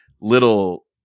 little